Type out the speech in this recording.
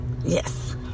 Yes